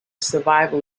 survival